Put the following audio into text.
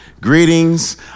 Greetings